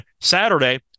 Saturday